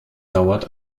dauert